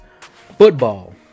football